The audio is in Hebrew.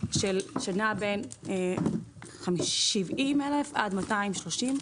שנע בין 70 אלף עד 230 אלף.